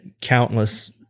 countless